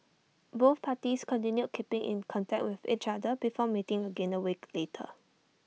both parties continued keeping in contact with each other before meeting again A week later